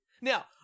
Now